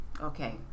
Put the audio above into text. Okay